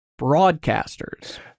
Broadcasters